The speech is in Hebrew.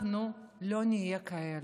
אנחנו לא נהיה כאלה.